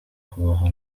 kubaho